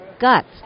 guts